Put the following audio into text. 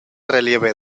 relieve